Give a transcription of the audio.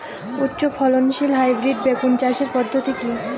উচ্চ ফলনশীল হাইব্রিড বেগুন চাষের পদ্ধতি কী?